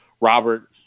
Robert